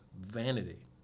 vanity